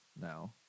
now